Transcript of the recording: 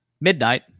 midnight